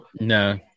No